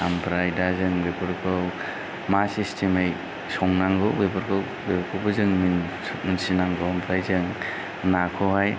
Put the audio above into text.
ओमफ्राय दा जों बेफोरखौ मा सिसथेमै संनांगौ बेफोरखौ बेफोरखौबो जों मोनथिनांगौ ओमफ्राय जों नाखौहाय